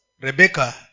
Rebecca